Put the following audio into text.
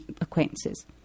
acquaintances